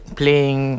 playing